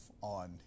on